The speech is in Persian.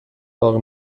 باقی